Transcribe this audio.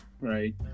right